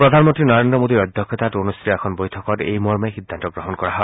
প্ৰধানমন্ত্ৰী নৰেন্দ্ৰ মোদীৰ অধ্যক্ষতাত অনুষ্ঠিত এখন বৈঠকত এই মৰ্মে সিদ্ধান্ত গ্ৰহণ কৰা হয়